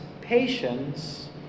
patience